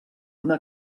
una